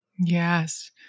Yes